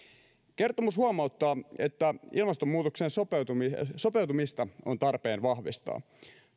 kertomus huomauttaa että ilmastonmuutokseen sopeutumista sopeutumista on tarpeen vahvistaa